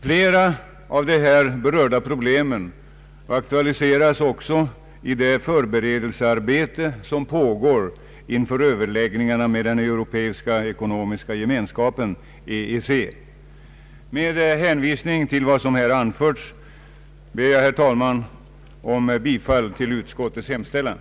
Flera av dessa berörda problem aktualiseras också i det förberedelsearbete som pågår inför överläggningarna med den europeiska ekonomiska gemenskapen, EEC. Med hänvisning till vad som här anförts, ber jag, herr talman, att få yrka bifall till utskottets hemställan.